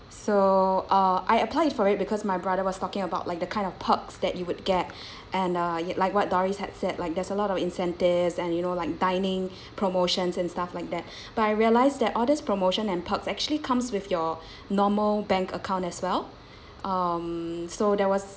so uh I applied for it because my brother was talking about like the kind of perks that you would get and uh like what doris had said like there's a lot of incentives and you know like dining promotions and stuff like that but I realised that all these promotion and perks actually comes with your normal bank account as well um so there was